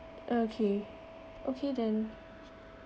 okay okay then